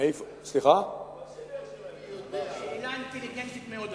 זו שאלה אינטליגנטית מאוד.